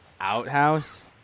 outhouse